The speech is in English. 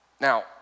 Now